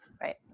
Right